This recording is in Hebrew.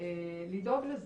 לדאוג לזה,